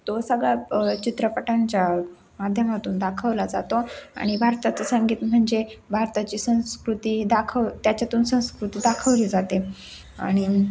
तो सगळ्या चित्रपटांच्या माध्यमातून दाखवला जातो आणि भारताचं संगीत म्हणजे भारताची संस्कृती दाखव त्याच्यातून संस्कृती दाखवली जाते आणि